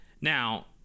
Now